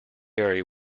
area